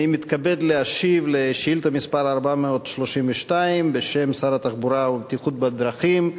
אני מתכבד להשיב על שאילתא מס' 432 בשם שר התחבורה והבטיחות בדרכים,